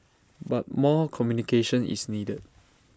but more communication is needed